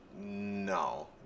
No